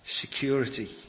Security